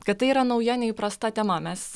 kad tai yra nauja neįprasta tema mes